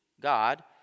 God